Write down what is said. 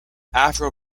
afro